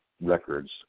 records